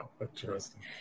interesting